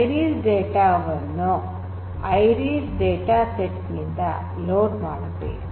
iris data ವನ್ನು iris dataset ನಿಂದ load ಮಾಡಬೇಕು